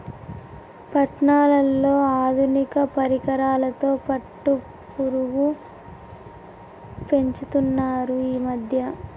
పట్నాలలో ఆధునిక పరికరాలతో పట్టుపురుగు పెంచుతున్నారు ఈ మధ్య